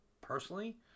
personally